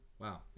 Wow